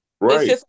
Right